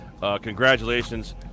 congratulations